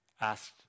asked